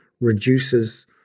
reduces